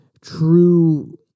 true